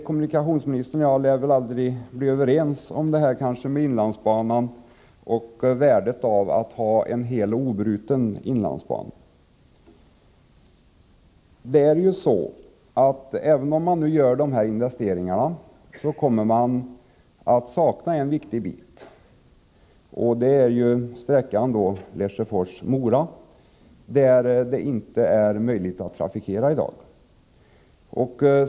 Kommunikationsministern och jag lär väl aldrig bli överens om värdet av att ha en hel och obruten inlandsbana. Även om man nu gör de nämnda investeringarna kommer en viktig bit att saknas, nämligen sträckan Lesjöfors-Mora, som det i dag inte är möjligt att trafikera.